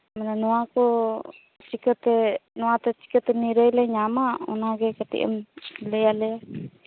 ᱱᱚᱣᱟ ᱠᱚ ᱪᱤᱠᱟᱹᱛᱮ ᱪᱤᱠᱟᱹᱛᱮ ᱱᱤᱨᱟᱹᱭ ᱞᱮ ᱧᱟᱢᱟ ᱚᱱᱟᱜᱮ ᱠᱟᱹᱴᱤᱡ ᱮᱢ ᱞᱟᱹᱭ ᱟᱞᱮᱭᱟ